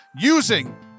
using